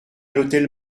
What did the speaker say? l’hôtel